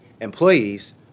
Employees